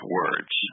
words